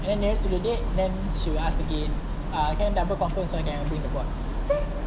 then nearer to the date then she will ask again uh can I double confirm again so I can bring the board